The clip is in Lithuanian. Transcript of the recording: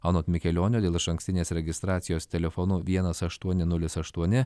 anot mikelionio dėl išankstinės registracijos telefonu vienas aštuoni nulis aštuoni